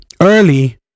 early